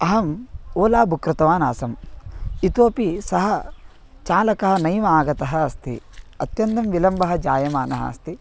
अहम् Ola book कृतवान् आसम् इतोऽपि सः चालकः नैव आगतः अस्ति अत्यन्तं विलम्बः जायमानः अस्ति